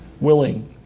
willing